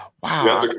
wow